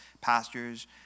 pastors